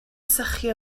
sychu